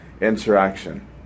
interaction